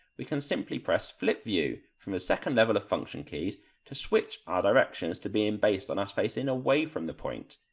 we can simply press flip view from the second level of function keys to switch our directions to being based on us facing away from the point.